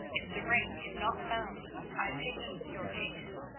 if the ring is not found, i pity your case.